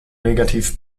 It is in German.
negativ